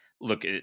look